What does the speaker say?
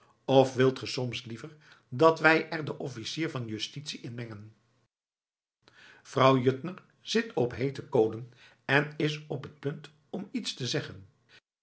of wilt ge soms liever dat wij er den officier van justitie in mengen vrouw juttner zit op heete kolen en is op t punt om iets te zeggen